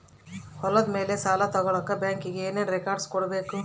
ಹೊಲದ ಮೇಲೆ ಸಾಲ ತಗಳಕ ಬ್ಯಾಂಕಿಗೆ ಏನು ಏನು ರೆಕಾರ್ಡ್ಸ್ ಕೊಡಬೇಕು?